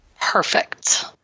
Perfect